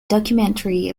documentary